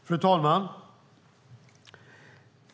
Fru talman!